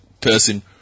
person